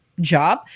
job